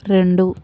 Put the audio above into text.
రెండు